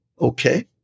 Okay